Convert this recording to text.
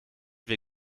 wir